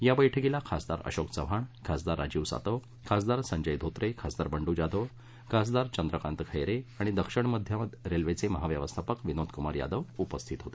या बैठकीला खासदार अशोक चव्हाण खासदार राजीव सातव खासदार संजय धोते खासदार बंडू जाधव खासदार चंद्रकांत खैरे आणि दक्षिण मध्य रेल्वेचे महाव्यवस्थापक विनोदकुमार यादव उपस्थित होते